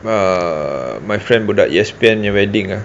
err my friend budak S_P_N punya wedding ah